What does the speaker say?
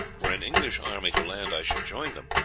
were an english army to land, i should join them,